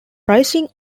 pricing